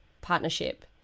partnership